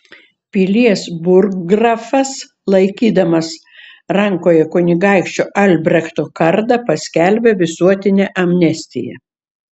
pilies burggrafas laikydamas rankoje kunigaikščio albrechto kardą paskelbė visuotinę amnestiją